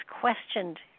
questioned